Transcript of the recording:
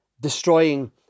destroying